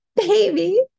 baby